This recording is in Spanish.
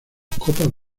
copas